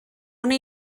una